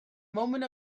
moment